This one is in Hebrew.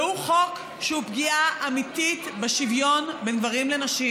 והוא חוק שהוא פגיעה אמיתית בשוויון בין גברים לנשים,